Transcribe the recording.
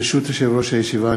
ברשות יושב-ראש הישיבה,